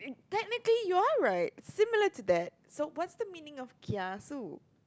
technically you're right similar to that so what's the meaning of kiasu